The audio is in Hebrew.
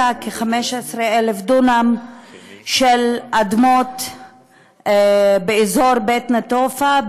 כ-15,000 דונם של אדמות באזור בית-נטופה,